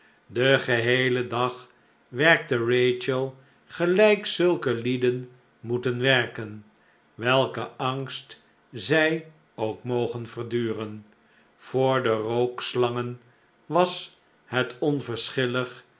den geheelen dag werkte rachel gelijk zulke lieden moeten werken welken angst zij ook niogen verduren voor de rookslangen was het